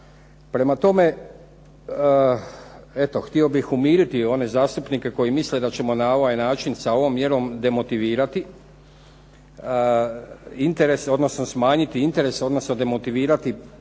Prema tome, eto htio bih umiriti one zastupnike koji misle da ćemo na ovaj način, sa ovom mjerom demotivirati interese, odnosno smanjiti interese, odnosno demotivirati